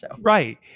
Right